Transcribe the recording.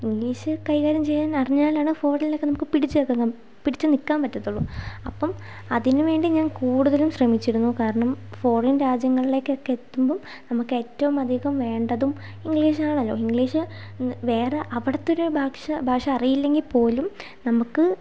English കൈകാര്യം ചെയ്യാൻ അറിഞ്ഞാലാണ് ഫോറിനിലൊക്കെ നമുക്ക് പിടിച്ചു നിൽക്കാനും പിടിച്ചു നിൽക്കാൻ പറ്റത്തുള്ളൂ അപ്പം അതിനുവേണ്ടി ഞാൻ കൂടുതലും ശ്രമിച്ചിരുന്നു കാരണം ഫോറിൻ രാജ്യങ്ങളിലേക്കൊക്കെ എത്തുമ്പം നമുക്ക് ഏറ്റവും അധികം വേണ്ടതും ഇംഗ്ലീഷ് ആണല്ലോ ഇംഗ്ലീഷ് വേറേ അവിടത്തൊരു ഭാഷ ഭാഷ അറിയില്ലെങ്കിൽപ്പോലും നമുക്ക്